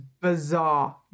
bizarre